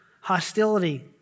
hostility